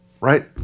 right